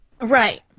Right